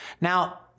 Now